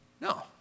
No